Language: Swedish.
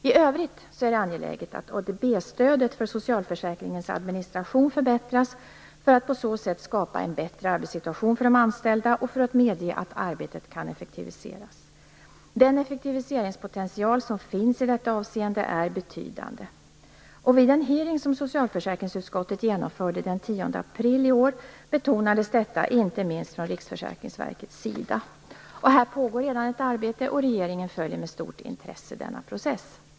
I övrigt är det angeläget att ADB-stödet för socialförsäkringens administration förbättras för att på så sätt skapa en bättre arbetssituation för de anställda och för att medge att arbetet kan effektiviseras. Den effektiviseringspotential som finns i detta avseende är betydande. Vid den hearing som socialförsäkringsutskottet genomförde den 10 april i år betonades detta, inte minst från Riksförsäkringsverkets sida. Här pågår redan ett arbete, och regeringen följer med stort intresse denna process.